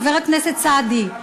חבר הכנסת סעדי,